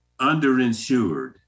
underinsured